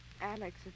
Alex